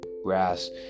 Grass